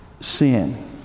sin